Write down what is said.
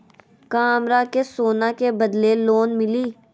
का हमरा के सोना के बदले लोन मिलि?